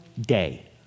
day